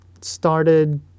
started